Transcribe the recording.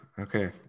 okay